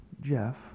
Jeff